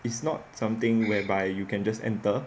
it's not something whereby you can just enter